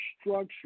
structure